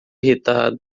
irritado